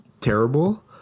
terrible